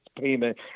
payment